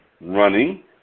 running